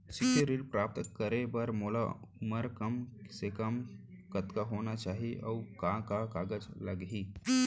शैक्षिक ऋण प्राप्त करे बर मोर उमर कम से कम कतका होना चाहि, अऊ का का कागज लागही?